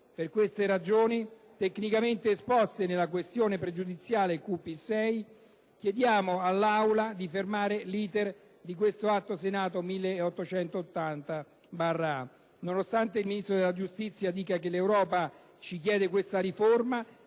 Per queste ragioni, tecnicamente esposte nella questione pregiudiziale QP6, chiediamo all'Assemblea di fermare l'*iter* del disegno di legge n. 1880. Nonostante il Ministro della giustizia dica che l'Europa ci chiede questa riforma,